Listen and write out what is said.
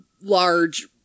large